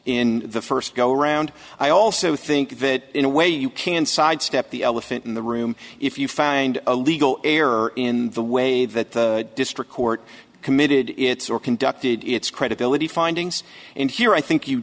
in the first go around i also think that in a way you can sidestep the elephant in the room if you find a legal error in the way that the district court committed its or conducted its credibility findings and here i think you